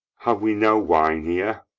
have we no wine here?